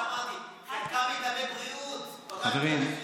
חלקם מטעמי בריאות חברים,